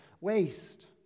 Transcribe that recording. waste